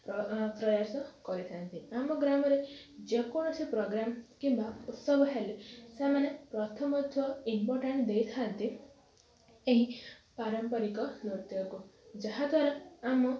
ପ୍ରୟାସ କରିଥାନ୍ତି ଆମ ଗ୍ରାମରେ ଯେକୌଣସି ପ୍ରୋଗ୍ରାମ କିମ୍ବା ଉତ୍ସବ ହେଲେ ସେମାନେ ପ୍ରଥମତ୍ତ୍ୱ ଇମ୍ପୋଟାଣ୍ଟ ଦେଇଥାନ୍ତି ଏହି ପାରମ୍ପରିକ ନୃତ୍ୟକୁ ଯାହା ଦ୍ୱାରା ଆମ